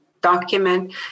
Document